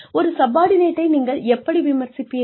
ஒரு சப்பார்டினேட்டை நீங்கள் எப்படி விமர்சிப்பீர்கள்